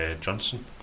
Johnson